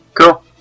cool